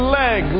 leg